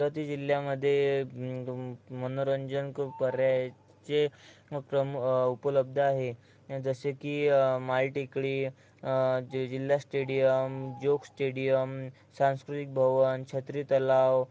अमरावती जिल्ह्यामधे मनोरंजन खूप पर्यायचे मकतम उपलब्ध आहे जसे की मालटेकडी जे जिल्हा स्टेडियम जोग स्टेडियम सांस्कृतिक भवन छत्री तलाव